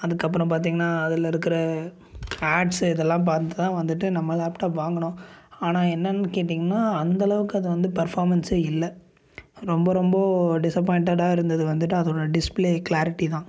அதுக்கப்புறம் பார்த்தீங்கன்னா அதில் இருக்கிற ஆட்ஸு இதெல்லாம் பார்த்து தான் வந்துவிட்டு நம்ம லேப்டாப் வாங்கினோம் ஆனால் என்னென்னு கேட்டீங்கனா அந்தளவுக்கு அது வந்து பர்ஃபாமென்ஸே இல்லை அது ரொம்ப ரொம்ப டிஸ்அப்பாயிண்ட்டடாக இருந்தது வந்துவிட்டு அதோட டிஸ்பிளே கிளேரிட்டி தான்